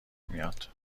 میاد